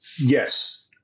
Yes